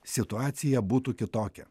situacija būtų kitokia